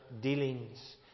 dealings